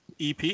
EP